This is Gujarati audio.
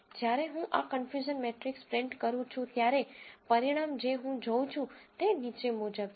જ્યારે હું આ કન્ફયુઝન મેટ્રીક્સ પ્રિન્ટ કરું છું ત્યારે પરિણામ જે હું જોઉં છું તે નીચે મુજબ છે